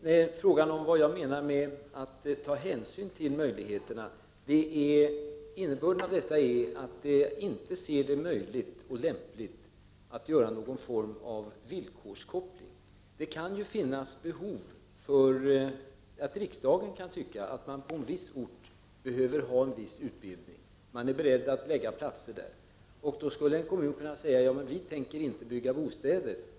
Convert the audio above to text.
När det gäller frågan om vad jag menar med att ta hänsyn till möjligheterna i detta sammanhang är innebörden av detta uttalande att jag inte anser det vara möjligt eller lämpligt att ha någon form av villkorskoppling. Riksdagen kan ju tycka att det på en viss ort behövs viss utbildning och vara beredd att förlägga platser till den orten. Men då kanske man säger i kommunen i fråga: Vi tänker inte bygga bostäder.